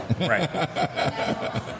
Right